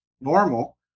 normal